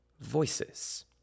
voices